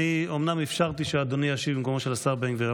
אני אומנם אפשרתי שאדוני ישיב במקום השר בן גביר,